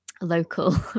local